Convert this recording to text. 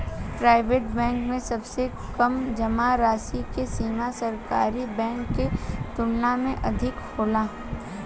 private bank में सबसे कम जामा राशि के सीमा सरकारी बैंक के तुलना में अधिक होला